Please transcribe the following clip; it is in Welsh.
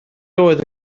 oedd